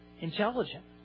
intelligent